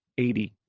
80